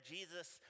Jesus